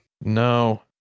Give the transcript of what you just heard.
No